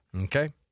Okay